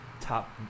top